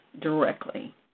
directly